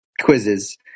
quizzes